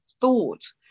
thought